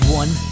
one